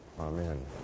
Amen